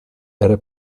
era